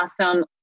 awesome